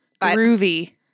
groovy